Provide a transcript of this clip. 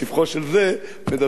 מדבר בגנותו של השני.